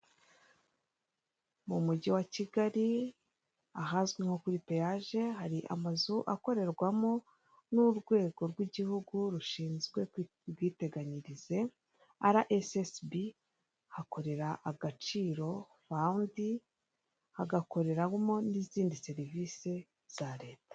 Mu mujyi wa kigali ahazwi nka kuri peyaje hari amazu akorerwamo n'urwego rw'igihugu rushinzwe ubwiteganyirize RSSB, hakorera agaciro fawundi hagakoreramo n'izindi serivisi za leta.